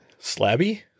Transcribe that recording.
Slabby